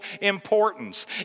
importance